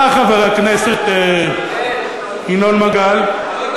אתה, חבר הכנסת ינון מגל, לא,